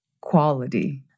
quality